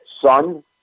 son